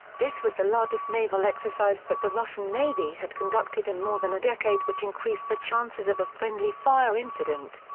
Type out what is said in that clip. this was the largest naval exercise that the russian navy had conducted in more than a decade which increased the chances of a friendly fire incident.